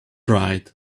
right